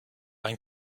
ein